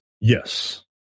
Yes